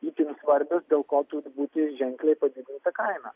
itin svarbios dėl ko turi būti ženkliai patikrinta kaina